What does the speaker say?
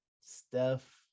Steph